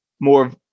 more